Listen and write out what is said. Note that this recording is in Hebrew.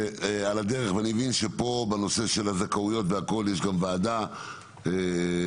ואני מבין שפה בנושא של הזכאויות והכול יש גם ועדה שנקראת